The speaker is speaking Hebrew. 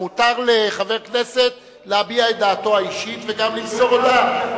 מותר לחבר הכנסת להביע את דעתו האישית וגם למסור הודעה.